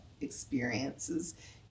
experiences